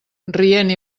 rient